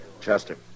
Chester